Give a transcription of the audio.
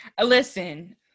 Listen